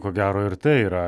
ko gero ir tai yra